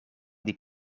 die